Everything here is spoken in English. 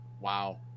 Wow